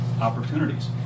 opportunities